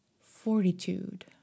fortitude